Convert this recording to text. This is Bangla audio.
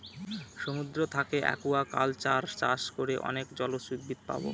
সমুদ্র থাকে একুয়াকালচার চাষ করে অনেক জলজ উদ্ভিদ পাবো